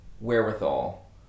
wherewithal